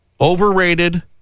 Overrated